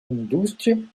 indústria